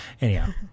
Anyhow